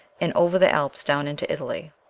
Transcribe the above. and over the alps down into italy.